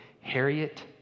Harriet